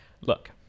Look